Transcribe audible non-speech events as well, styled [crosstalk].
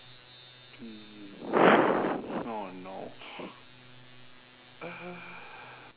hmm [noise] oh no uh